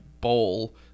bowl